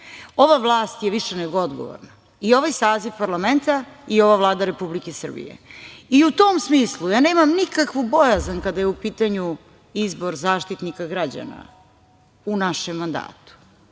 vlast je više nego odgovorna i ovaj saziv parlamenta i ova Vlada Republike Srbije i u tom smislu ja nemam nikakvu bojazan kada je u pitanju izbor Zaštitnika građana u našem mandatu,